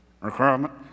requirement